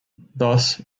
thus